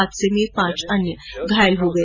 हादसे में पांच लोग घायल हो गए